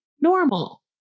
normal